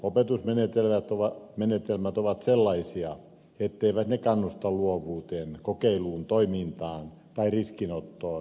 opetusmenetelmät ovat sellaisia etteivät ne kannusta luovuuteen kokeiluun toimintaan tai riskinottoon